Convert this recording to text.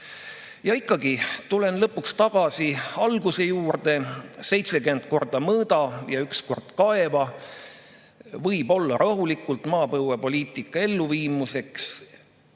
Ja ikkagi tulen lõpuks tagasi alguse juurde: "70 korda mõõda ja üks kord kaeva." See võib olla rahulikult maapõuepoliitika elluviimist